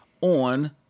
on